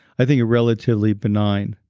i think relatively benign,